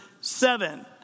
seven